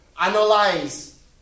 analyze